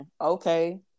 Okay